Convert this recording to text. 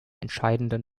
entscheidenden